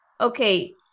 Okay